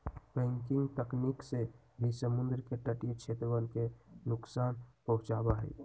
breaking तकनीक से भी समुद्र के तटीय क्षेत्रवन के नुकसान पहुंचावा हई